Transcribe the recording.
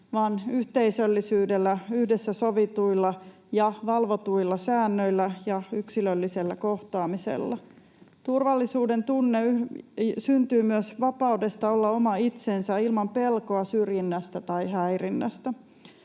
vaan yhteisöllisyydellä, yhdessä sovituilla ja valvotuilla säännöillä ja yksilöllisellä kohtaamisella. Turvallisuuden tunne syntyy myös vapaudesta olla oma itsensä ilman pelkoa syrjinnästä tai häirinnästä.